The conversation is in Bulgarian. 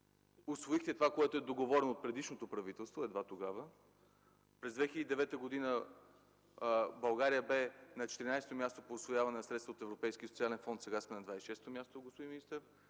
усвоихте това, което е договорено от предишното правителство. През 2009 г. България бе на 14-о място по усвояване на средства от Европейския социален фонд, сега сме на 26-о място, господин министър.